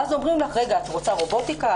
ואז אומרים לך: רוצה רובוטיקה,